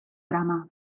drama